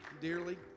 dearly